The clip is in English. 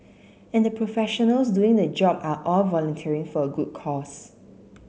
and the professionals doing the job are all volunteering for a good cause